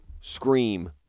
scream